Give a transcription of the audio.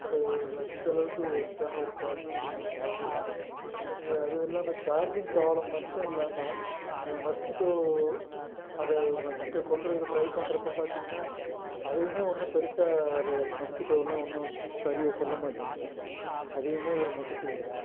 but இந்த அளவுக்கு ஒர்ஸ்ட்டான ஒரு குவாலிட்டியை நான் பார்க்கல இது அதுவும் இல்லாமல் சார்ஜிங் ப்ராப்ளம் மட்டும் இல்லாமல் நம்ம மஸ்கிட்டோ அதை மஸ்கிட்டோ கொல்கிறதுக்கு ட்ரை பண்ணுறப்போ பார்த்தீங்கன்னா அதையுமே ஒன்றும் பெருசாக அது மஸ்கிட்டோவெல்லாம் ஒன்றும் சரியாக கொல்ல மாட்டேங்கிது அதுவுமே ஒரு நெகட்டிவ் தான்